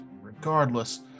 regardless